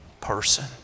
person